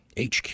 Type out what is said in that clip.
HQ